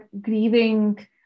grieving